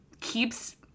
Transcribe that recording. keeps